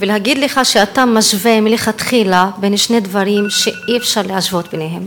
ולהגיד לך שאתה משווה מלכתחילה בין שני דברים שאי-אפשר להשוות ביניהם.